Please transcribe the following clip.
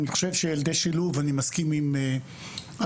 אני חושב שילדי שילוב אני מסכים עם אביבית